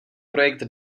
projekt